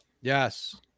Yes